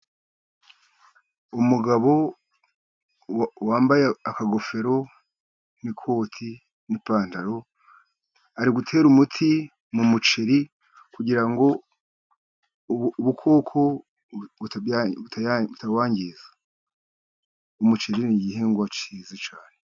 Umugabo wambaye akagofero n'ikoti n'ipantaro ari gutera umuti mu muceri kugira ngo ubukoko butawangiza. Umuceri ni igihingwa cyiza cyane.